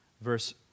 verse